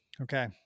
Okay